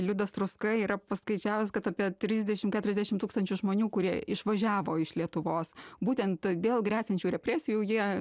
liudas truska yra paskaičiavęs kad apie trisdešimt keturiasdešimt tūkstančių žmonių kurie išvažiavo iš lietuvos būtent dėl gresiančių represijų jie